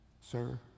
Sir